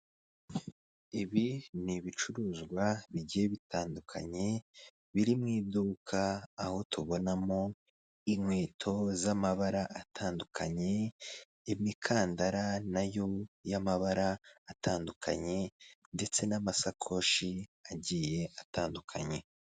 Ibi ni ibicuruzwa bigiye bitandukanye biri mu iduka aho tubonamo inkweto z'amabara atandukanye, imikandara nayo y'amabara atandukanye ndetse n'amasakoshi agiye atandukanye.